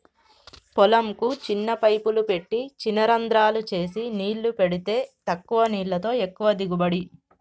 పొలం కు చిన్న పైపులు పెట్టి చిన రంద్రాలు చేసి నీళ్లు పెడితే తక్కువ నీళ్లతో ఎక్కువ దిగుబడి